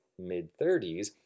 mid-30s